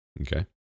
Okay